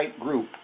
group